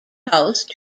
house